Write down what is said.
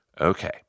Okay